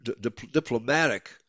diplomatic